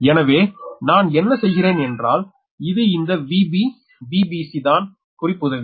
எனவே நான் என்ன செய்கிறேன் என்றல் இது இந்த VbVbc தான் குறிப்புதவி